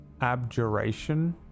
abjuration